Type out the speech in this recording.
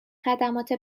خدمات